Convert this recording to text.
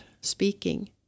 speaking